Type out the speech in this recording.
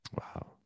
Wow